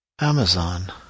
Amazon